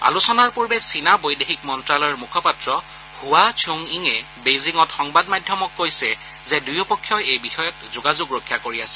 আলোচনাৰ পূৰ্বে চীনা বৈদেশিক মন্ত্যালয়ৰ মুখপাত্ৰ ছৱা চ্যূংয়িঙে বেইজিঙত সংবাদ মাধ্যমক কৈছে যে দুয়ো পক্ষই এই বিষয়ত যোগাযোগ ৰক্ষা কৰি আছে